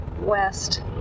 west